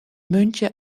muntje